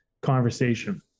conversation